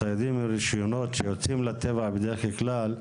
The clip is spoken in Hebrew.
הציידים עם רישיונות שיוצאים לטבע בדרך כלל,